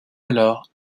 alors